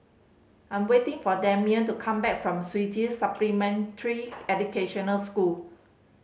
I am waiting for Damian to come back from Swedish Supplementary Educational School